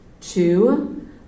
Two